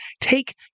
take